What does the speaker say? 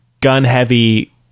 gun-heavy